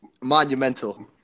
monumental